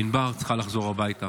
ענבר צריכה לחזור הביתה